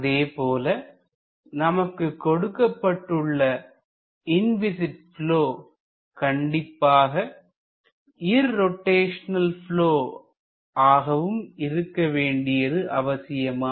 அதேபோல நமக்கு கொடுக்கப்பட்டுள்ள இன்விஸிட் ப்லொ கண்டிப்பாக இர்ரோட்டைஷனல் ப்லொ ஆகவும் இருக்கவேண்டியது அவசியமா